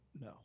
No